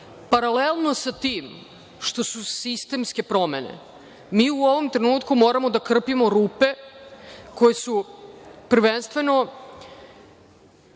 sa tim što su sistemske promene, mi u ovom trenutku moramo da krpimo rupe koje su prvenstveno